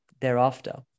thereafter